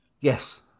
Yes